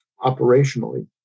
operationally